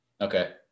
Okay